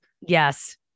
Yes